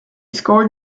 scored